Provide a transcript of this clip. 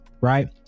Right